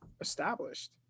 established